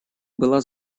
была